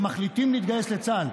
שמחליטים להתגייס לצה"ל.